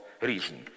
reason